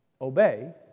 obey